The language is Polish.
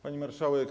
Pani Marszałek!